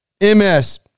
MS